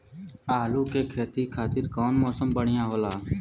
आलू के खेती खातिर कउन मौसम बढ़ियां होला?